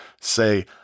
Say